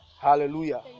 Hallelujah